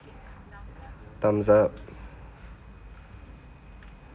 time's up